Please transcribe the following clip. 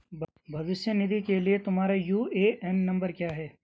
भविष्य निधि के लिए तुम्हारा यू.ए.एन नंबर क्या है?